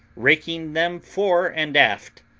raking them fore and aft,